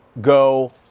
go